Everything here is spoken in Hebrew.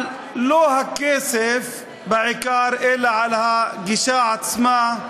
לא על הכסף בעיקר, אלא על הגישה עצמה,